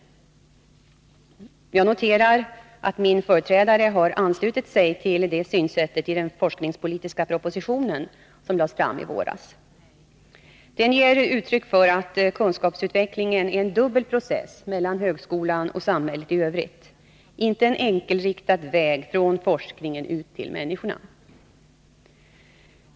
Jag noterar att min företrädare har anslutit sig till det synsättet i den forskningspolitiska proposition som lades fram i våras. Den ger uttryck för att kunskapsutvecklingen är en dubbel process mellan högskolan och samhället i övrigt, inte en enkelriktad väg från forskningen ut till människorna.